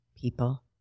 people